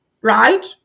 right